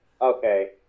Okay